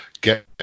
Get